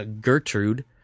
Gertrude